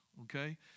Okay